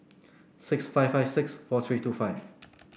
six five five six four three two five